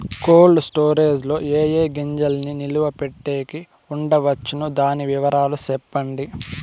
Cold storage లో ఏ ఏ గింజల్ని నిలువ పెట్టేకి ఉంచవచ్చును? దాని వివరాలు సెప్పండి?